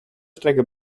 strecke